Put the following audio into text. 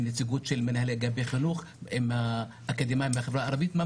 עם האקדמאיים מהחברה הערבית.